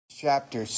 chapter